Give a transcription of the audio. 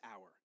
hour